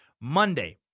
Monday